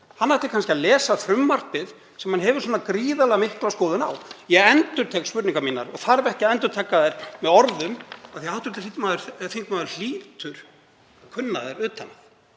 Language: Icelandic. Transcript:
Hann ætti kannski að lesa frumvarpið sem hann hefur svona gríðarlega mikla skoðun á. Ég endurtek spurningar mínar og þarf ekki að endurtaka þær með orðum af því að hv. þingmaður hlýtur að kunna þær utan að